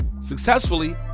successfully